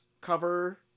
cover